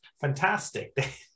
fantastic